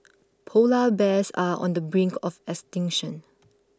Polar Bears are on the brink of extinction